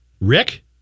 rick